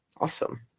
Awesome